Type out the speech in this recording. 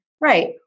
right